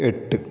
എട്ട്